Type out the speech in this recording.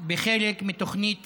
בחלק מתוכנית